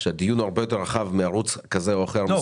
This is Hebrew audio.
שהדיון הוא הרבה יותר רחב מערוץ כזה או אחר.